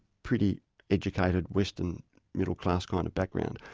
pretty educated, western middle class kind of background,